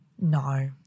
No